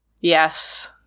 Yes